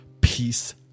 peace